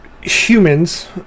humans